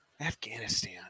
Afghanistan